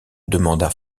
demanda